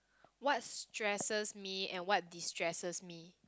what stresses me and what distresses me